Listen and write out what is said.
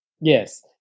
Yes